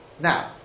Now